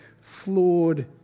flawed